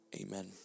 Amen